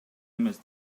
эмес